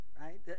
right